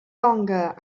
longer